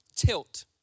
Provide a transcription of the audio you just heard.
Tilt